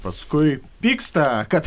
paskui pyksta kad